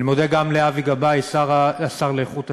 אני מודה גם לאבי גבאי, השר להגנת הסביבה,